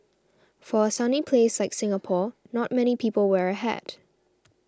for a sunny place like Singapore not many people wear a hat